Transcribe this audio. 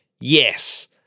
yes